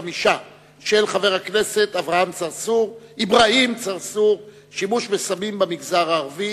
תשובת שר הרווחה והשירותים החברתיים יצחק הרצוג: (לא נקראה,